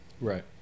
Right